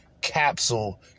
Capsule